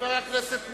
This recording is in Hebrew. חבר הכנסת מולה,